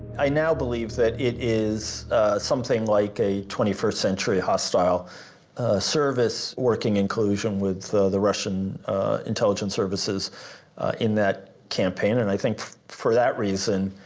i now believe that it is something like a twenty first century hostile service working in collusion with the russian intelligence services in that campaign and i think for that reason